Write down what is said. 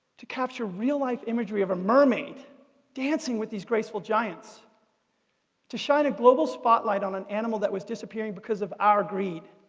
to capture real-life imagery of a mermaid dancing with these graceful giants to shine a global spotlight on an animal that was disappearing because of our greed